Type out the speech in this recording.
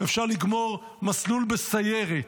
אפשר לגמור מסלול בסיירת,